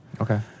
Okay